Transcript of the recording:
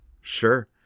Sure